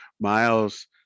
Miles